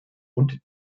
und